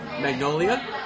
Magnolia